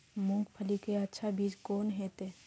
मूंगफली के अच्छा बीज कोन होते?